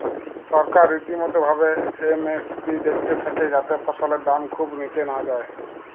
সরকার রীতিমতো ভাবে এম.এস.পি দ্যাখতে থাক্যে যাতে ফসলের দাম খুব নিচে না যায়